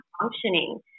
functioning